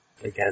again